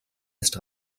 ist